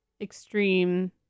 extreme